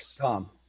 Tom